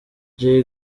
jack